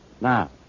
Now